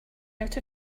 out